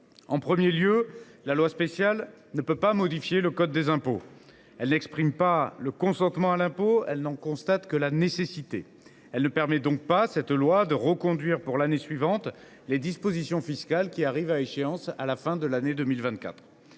En premier lieu, la loi spéciale ne permet pas de modifier le code général des impôts. Elle n’exprime pas le consentement à l’impôt ; elle n’en constate que la nécessité. Elle ne permet donc ni de reconduire pour l’année suivante les dispositions fiscales qui arrivent à échéance à la fin de l’année 2024